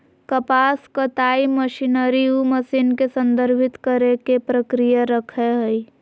कपास कताई मशीनरी उ मशीन के संदर्भित करेय के प्रक्रिया रखैय हइ